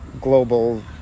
global